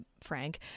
frank